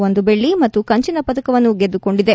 ಒಂದು ಬೆಳ್ಳಿ ಮತ್ತು ಕಂಚಿನ ಪದಕವನ್ನು ಗೆದ್ದುಕೊಂಡಿದೆ